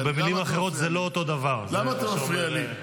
למה אתה מפריע לי?